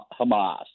Hamas